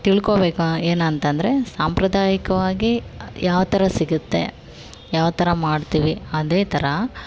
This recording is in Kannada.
ತಿಳ್ಕೊಬೇಕು ಏನಂತಂದರೆ ಸಾಂಪ್ರದಾಯಿಕವಾಗಿ ಯಾವ ಥರ ಸಿಗುತ್ತೆ ಯಾವ ಥರ ಮಾಡ್ತೀವಿ ಅದೇ ಥರ